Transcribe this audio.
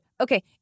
okay